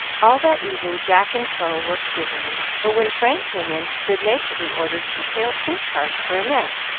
all that evening jack and co. worked busily, for when frank came in he good-naturedly ordered some pale-pink cards for annette,